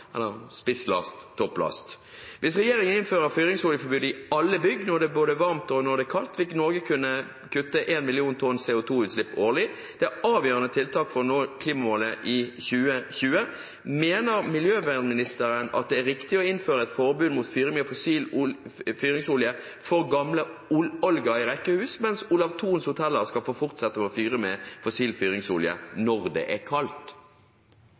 Hvis regjeringen innfører fyringsoljeforbud i alle bygg både når det er varmt, og når det er kaldt, vil Norge kunne kutte 1 million tonn CO2-utslipp årlig, det avgjørende tiltaket for å nå klimamålet i 2020. Mener miljøministeren at det er riktig å innføre et forbud mot å fyre med fossil fyringsolje for gamle Olga i rekkehus, mens Olav Thons hoteller skal få fortsette å fyre med fossil fyringsolje når det er kaldt?